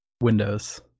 Windows